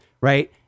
right